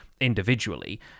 individually